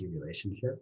relationship